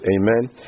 Amen